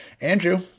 Andrew